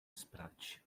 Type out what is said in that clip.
sprać